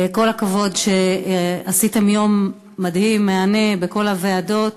כל הכבוד על שעשיתם יום מדהים, מהנה, בכל הוועדות.